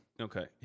Okay